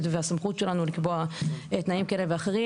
והסמכות שלנו לקבוע תנאים כאלה ואחרים.